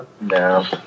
No